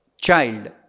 child